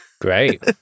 great